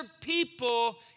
people